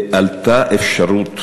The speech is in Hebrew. עלתה אפשרות